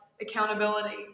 accountability